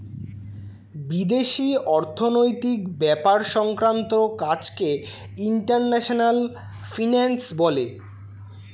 বিদেশি অর্থনৈতিক ব্যাপার সংক্রান্ত কাজকে ইন্টারন্যাশনাল ফিন্যান্স বলে